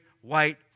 white